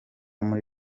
muri